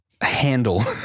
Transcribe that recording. handle